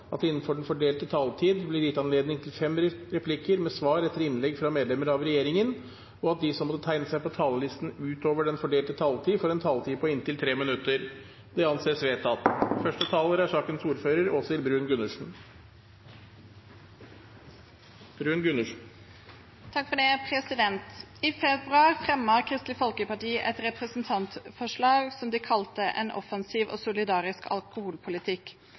at det – innenfor den fordelte taletid – blir gitt anledning til fem replikker med svar etter innlegg fra medlemmer av regjeringen, og at de som måtte tegne seg på talerlisten utover den fordelte taletid, får en taletid på inntil 3 minutter. – Det anses vedtatt. I februar fremmet Kristelig Folkeparti et representantforslag som de kalte en offensiv og solidarisk alkoholpolitikk.